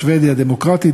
שבדיה הדמוקרטית,